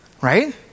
right